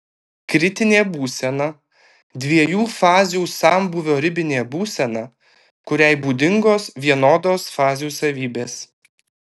kritinė būsena dviejų fazių sambūvio ribinė būsena kuriai būdingos vienodos fazių savybės